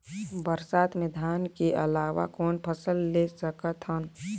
बरसात मे धान के अलावा कौन फसल ले सकत हन?